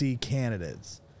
candidates